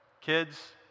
Kids